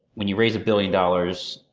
when you raise a billion dollars,